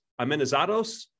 Amenizados